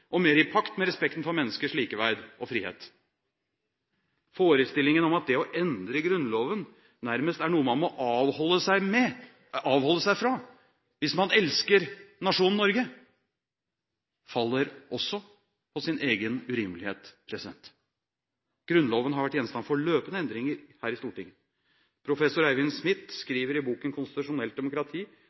og mer i pakt med respekten for menneskers likeverd og frihet. Forestillingen om at det å endre Grunnloven nærmest er noe man må avholde seg fra hvis man elsker nasjonen Norge, faller også på sin egen urimelighet. Grunnloven har vært gjenstand for løpende endringer her i Stortinget. Professor Eivind Smith skriver i boken «Konstitusjonelt demokrati»